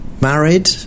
married